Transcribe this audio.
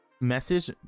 Message